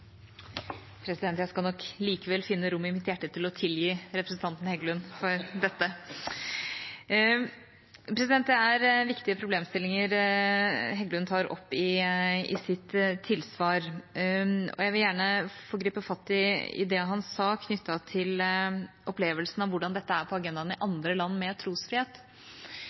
dette. Det er viktige problemstillinger representanten Heggelund tar opp i sitt tilsvar. Jeg vil gjerne få gripe fatt i det han sa knyttet til opplevelsen av hvordan dette er på agendaen i andre land med trosfrihet.